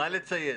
מה לצייץ?